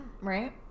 Right